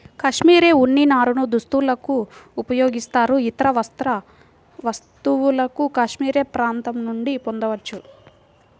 cashmere ఉన్ని నారను దుస్తులకు ఉపయోగిస్తారు, ఇతర వస్త్ర వస్తువులను కాష్మెరె ప్రాంతం నుండి పొందవచ్చు